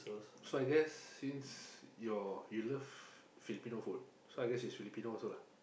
so I guess since your you love Filipino phone so I guess she's Filipino also lah